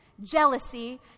jealousy